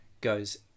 goes